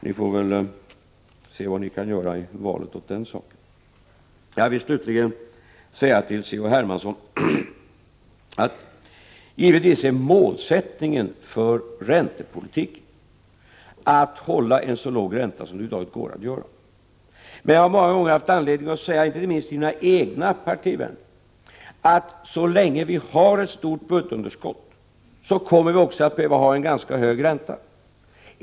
Ni får väl se vad ni kan göra i valet åt den saken. Jag vill slutligen säga till C.-H. Hermansson att givetvis är målsättningen för räntepolitiken att hålla en så låg ränta som över huvud taget går att göra. Men jag har många gånger haft anledning att säga, inte minst till mina egna partivänner, att så länge vi har ett stort budgetunderskott kommer vi också att behöva ha en ganska hög ränta.